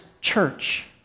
church